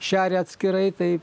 šeria atskirai tai